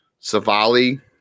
Savali